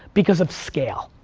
because of scale.